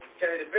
Okay